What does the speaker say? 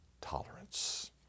tolerance